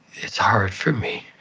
it's hard for me.